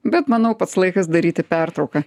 bet manau pats laikas daryti pertrauką